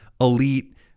elite